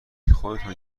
خودتان